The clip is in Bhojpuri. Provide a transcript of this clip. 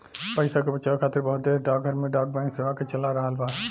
पइसा के बचावे खातिर बहुत देश डाकघर में डाक बैंक सेवा के चला रहल बा